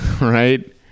right